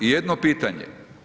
I jedno pitanje.